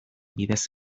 bidez